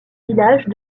village